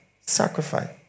Sacrifice